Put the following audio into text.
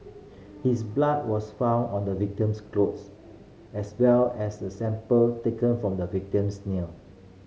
his blood was found on the victim's clothes as well as a sample taken from the victim's nail